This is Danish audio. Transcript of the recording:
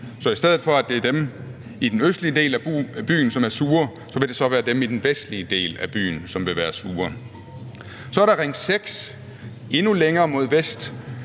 Så i stedet for, at det er dem i den østlige del af byen, som er sure, vil det så være dem i den vestlige del af byen, som vil være sure. Så er der Ring 6 endnu længere mod vest.